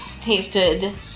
tasted